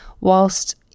Whilst